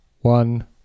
one